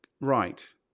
right